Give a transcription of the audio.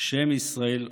שם ישראל עוד.